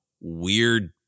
weird